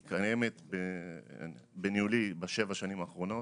היא קיימת בניהולי בשבע השנים האחרונות.